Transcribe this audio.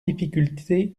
difficultés